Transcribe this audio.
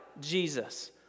Jesus